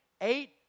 eight